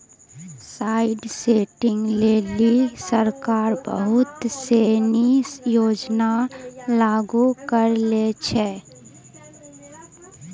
site testing लेलि सरकार बहुत सिनी योजना लागू करलें छै